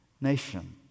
nation